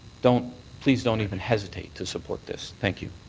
don't please don't even hesitate to support this. thank you.